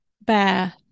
bear